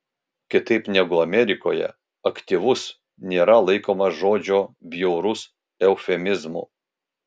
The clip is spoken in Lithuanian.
kitaip negu amerikoje aktyvus nėra laikomas žodžio bjaurus eufemizmu